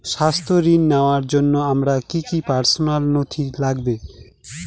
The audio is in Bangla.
স্বাস্থ্য ঋণ নেওয়ার জন্য আমার কি কি পার্সোনাল নথি লাগবে?